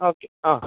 okay ആ